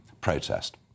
protest